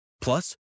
Plus